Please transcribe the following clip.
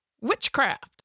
witchcraft